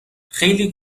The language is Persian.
خیلی